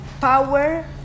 power